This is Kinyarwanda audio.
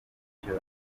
bityo